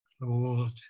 Lord